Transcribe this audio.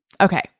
okay